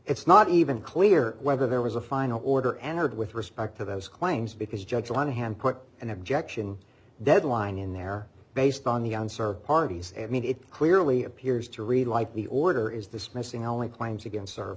it's not even clear whether there was a final order entered with respect to those claims because judge on hand put an objection deadline in there based on the answer parties i mean it clearly appears to read like the order is this missing only claims against our